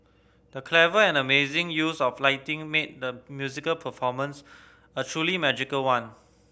the clever and amazing use of lighting made the musical performance a truly magical one